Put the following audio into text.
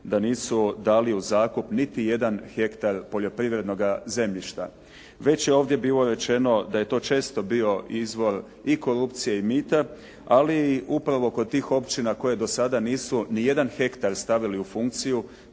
da nisu dali u zakup niti jedan hektar poljoprivrednoga zemljišta. Već je ovdje bilo rečeno da je to često bio izvor i korupcije i mita ali upravo kod tih općina koje do sada nisu nijedan hektar stavili u funkciju,